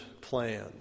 plan